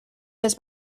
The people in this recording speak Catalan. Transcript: les